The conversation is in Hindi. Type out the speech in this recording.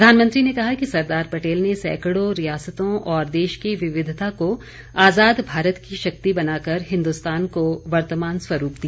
प्रधानमंत्री ने कहा कि सरदार पटेल ने सैंकड़ों रियासतों और देश की विविधता को आजाद भारत की शक्ति बनाकर हिन्दुस्तान को वर्तमान स्वरूप दिया